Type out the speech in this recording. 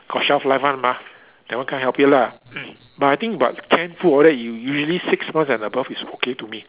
got shelf life one mah that one can't help it lah mm but I think but canned food all that you usually six months and above is okay to me